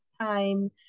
time